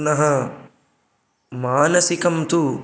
पुनः मानसिकं तु